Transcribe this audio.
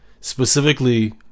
Specifically